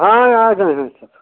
हाँ आ गए हैं सर